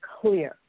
clear